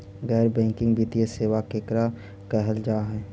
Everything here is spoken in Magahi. गैर बैंकिंग वित्तीय सेबा केकरा कहल जा है?